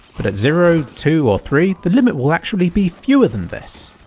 but at zero, two or three the limit will actually be fewer than this.